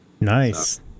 Nice